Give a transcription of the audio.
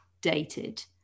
dated